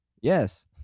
Yes